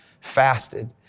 fasted